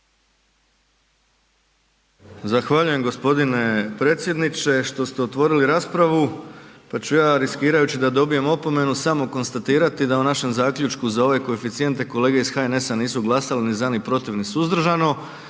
Zahvaljujem gospodine predsjedniče što ste otvorili raspravu, pa ću ja riskirajući da dobijem opomenu samo konstatirati da u našem zaključku za ove koeficijente kolege iz HNS-a nisu glasale ni za, ni protiv, ni suzdržano,